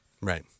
Right